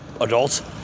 adults